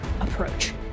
approach